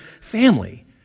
family